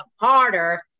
harder